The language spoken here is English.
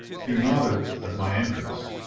he nodded at my entrance.